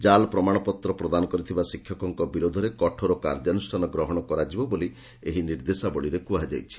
ଜାଲ୍ ପ୍ରମାଶପତ୍ର ପ୍ରଦାନ କରିଥିବା ଶିକ୍ଷଙ୍କ ବିରୋଧରେ କଠୋର କାର୍ଯ୍ୟାନୁଷ୍ଠାନ ଗ୍ରହଣ କରାଯିବ ବୋଲି ଏହି ନିର୍ଦ୍ଦେଶାବଳୀରେ କୁହାଯାଇଛି